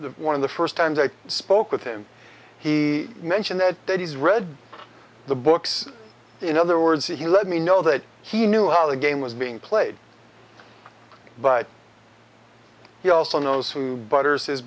one of the first times i spoke with him he mentioned that that he's read the books in other words he let me know that he knew how the game was being played but he also knows who butter